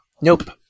nope